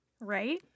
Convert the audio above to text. Right